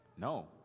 No